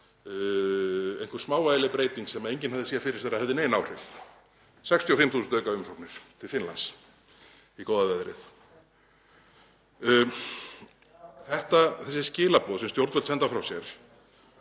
einhver smávægileg breyting sem enginn hafði séð fyrir sér að hefði nein áhrif. 65.000 aukaumsóknir til Finnlands, í góða veðrið. Þessi skilaboð sem stjórnvöld senda frá sér